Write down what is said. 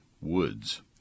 woods